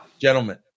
Gentlemen